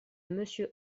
monsieur